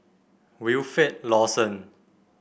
Wilfed Lawson